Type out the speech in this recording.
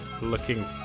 Looking